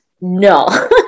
no